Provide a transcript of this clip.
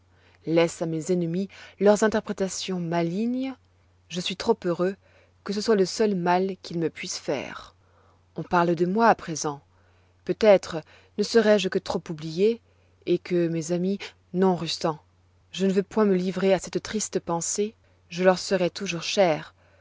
laisse à mes ennemis leurs interprétations malignes je suis trop heureux que ce soit le seul mal qu'ils me puissent faire on parle de moi à présent peut-être ne serai-je que trop oublié et que mes amis non rustan je ne veux point me livrer à cette triste pensée je leur serai toujours cher